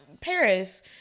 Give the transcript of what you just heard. Paris